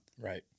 Right